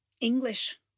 English